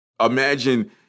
Imagine